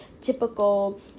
typical